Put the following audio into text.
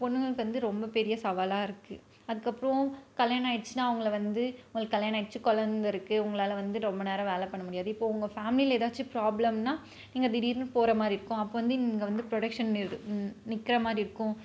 பொண்ணுங்களுக்கு வந்து ரொம்ப பெரிய சவாலாக இருக்குது அதுக்கப்புறம் கல்யாணம் ஆகிட்ச்சினா அவங்கள வந்து உங்களுக்கு கல்யாணம் ஆகிட்ச்சி குழந்த இருக்குது உங்களால் வந்து ரொம்ப நேரம் வேலை பண்ண முடியாது இப்போது உங்கள் ஃபேம்லியில் எதாச்சு ப்ராப்லம்னால் நீங்கள் திடீரெனு போகிற மாதிரி இருக்கும் அப்போ வந்து இங்கே வந்து ப்ரொடக்ஷன் நிற் நிற்கற மாதிரி இருக்கும்